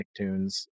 Nicktoons